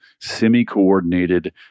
semi-coordinated